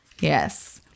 Yes